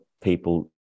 people